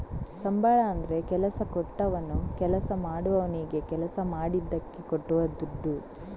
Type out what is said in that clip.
ಸಂಬಳ ಅಂದ್ರೆ ಕೆಲಸ ಕೊಟ್ಟವನು ಕೆಲಸ ಮಾಡುವವನಿಗೆ ಕೆಲಸ ಮಾಡಿದ್ದಕ್ಕೆ ಕೊಡುವ ದುಡ್ಡು